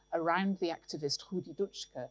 around the activist rudi dustchke,